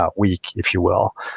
ah week, if you will.